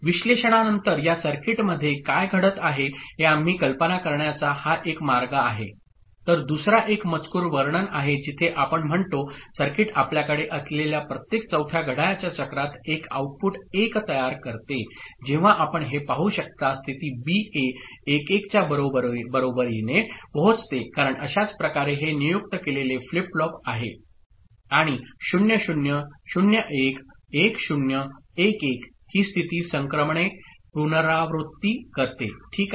विश्लेषणा नंतर त्या सर्किटमध्ये काय घडत आहे हे आम्ही कल्पना करण्याचा हा एक मार्ग आहे तर दुसरा एक मजकूर वर्णन आहे जिथे आपण म्हणतो सर्किट आपल्याकडे असलेल्या प्रत्येक चौथ्या घड्याळाच्या चक्रात एक आउटपुट 1 तयार करते जेव्हा आपण हे पाहू शकता स्थिती बीए 1 1 च्या बरोबरीने पोहोचते कारण अशाच प्रकारे हे नियुक्त केलेले फ्लिप फ्लॉप आहे आणि 0 0 0 1 1 0 1 1 ही स्थिती संक्रमणे पुनरावृत्ती करते ठीक आहे